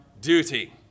duty